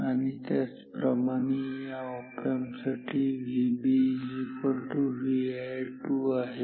आणि त्याच प्रमाणे या ऑप एम्प साठी VB Vi2 आहे